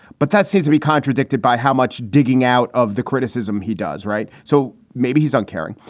but that seems to be contradicted by how much digging out of the criticism he does. right. so maybe he's uncaring,